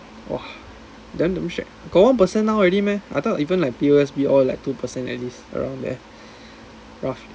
!wah! then damn shag got one percent now already meh I thought even like P_O_S_B all like two percent at least around there roughly